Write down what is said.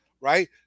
right